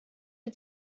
die